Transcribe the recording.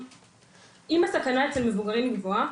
אם הסכנה אצל מבוגרים היא גבוהה,